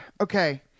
okay